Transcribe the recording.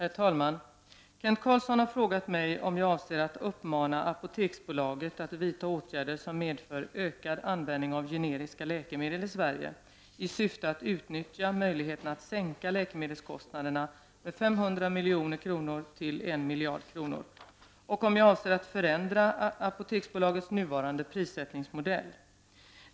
Herr talman! Kent Carlsson har frågat mig om jag avser att uppmana Apoteksbolaget att vidta åtgärder som medför ökad användning av generiska läkemedel i Sverige i syfte att utnyttja möjligheterna att sänka läkemedelskostnaderna med 500 miljoner till 1 miljard kronor och om jag avser att förändra Apoteksbolagets nuvarande prissättningsmodell.